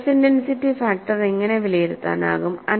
stress intensity factor എങ്ങനെ വിലയിരുത്താനാകും